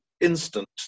instant